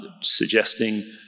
suggesting